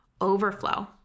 Overflow